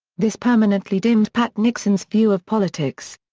this permanently dimmed pat nixon's view of politics.